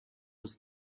was